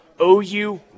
OU